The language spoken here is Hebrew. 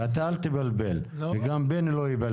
אתה אל תבלבל וגם בני לא יבלבל.